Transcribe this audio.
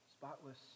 spotless